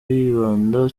yibanda